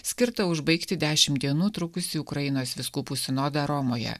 skirtą užbaigti dešim dienų trukusį ukrainos vyskupų sinodą romoje